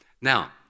Now